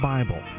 Bible